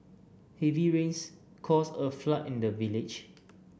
heavy rains caused a flood in the village